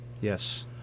Yes